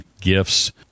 gifts